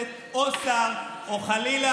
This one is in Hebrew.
אלה שרצים ליאיר לפיד מחו"ל,